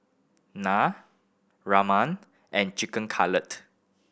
Naan Ramen and Chicken Cutlet